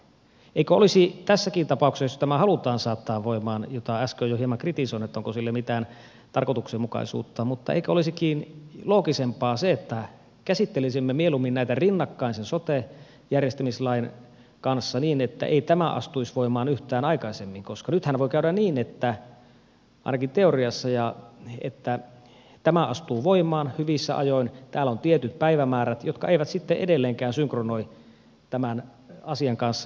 eikö olisi tässäkin tapauksessa jos tämä halutaan saattaa voimaan sitä äsken jo hieman kritisoin että onko sillä mitään tarkoituksenmukaisuutta loogisempaa se että käsittelisimme mieluummin näitä rinnakkain sen sote järjestämislain kanssa niin että tämä ei astuisi voimaan yhtään aikaisemmin koska nythän voi käydä niin ainakin teoriassa että tämä astuu voimaan hyvissä ajoin ja tällä on tietyt päivämäärät jotka eivät sitten edelleenkään synkronoi tämän asian kanssa